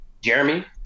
jeremy